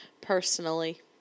personally